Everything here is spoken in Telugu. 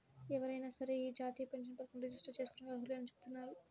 ఎవరైనా సరే యీ జాతీయ పెన్షన్ పథకంలో రిజిస్టర్ జేసుకోడానికి అర్హులేనని చెబుతున్నారు